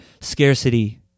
Scarcity